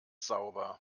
sauber